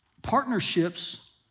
Partnerships